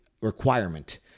requirement